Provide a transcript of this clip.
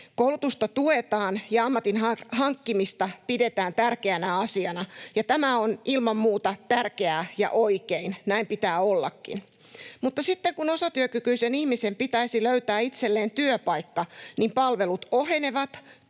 Koulutusta tuetaan ja ammatin hankkimista pidetään tärkeänä asiana, ja tämä on ilman muuta tärkeää ja oikein, näin pitää ollakin. Mutta sitten kun osatyökykyisen ihmisen pitäisi löytää itselleen työpaikka, niin palvelut ohenevat,